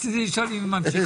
רציתי לשאול אם היא ממשיכה,